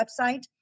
website